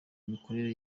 n’imikorere